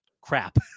crap